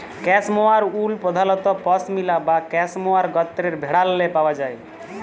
cashmere wool পধালত পশমিলা বা ক্যাসমোয়ার গত্রের ভেড়াল্লে পাউয়া যায়